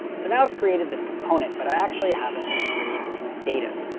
so now i've created this component, but i actually haven't retrieved any data.